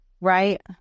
Right